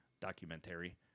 documentary